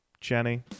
Jenny